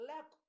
Lack